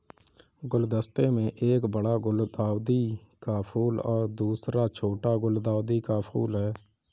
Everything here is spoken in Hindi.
गुलदस्ते में एक बड़ा गुलदाउदी का फूल और दूसरा छोटा गुलदाउदी का फूल है